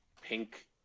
pink